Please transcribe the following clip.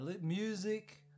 music